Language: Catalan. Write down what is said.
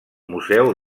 museu